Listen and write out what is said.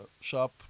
shop